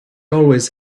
always